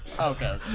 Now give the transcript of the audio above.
Okay